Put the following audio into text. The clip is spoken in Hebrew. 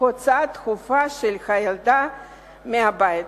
הוצאה דחופה של הילדה מהבית.